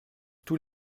tous